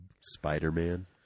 Spider-Man